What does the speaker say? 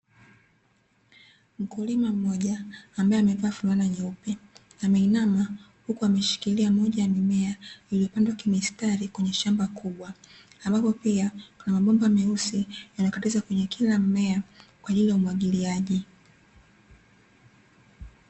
Mkulima mmoja ambaye amevaa fulana nyeupe, ameinama huku ameshikilia moja ya mimea iliyopandwa kimistari kwenye shamba kubwa. Ambapo pia kuna mabomba meusi, yanayokatiza katika kila mmea kwa ajili ya umwagiliaji.